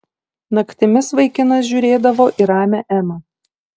naktimis vaikinas žiūrėdavo į ramią emą